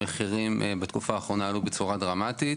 המחירים בתקופה האחרונה עלו בצורה דרמטית.